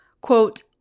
Quote